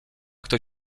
kto